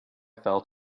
fell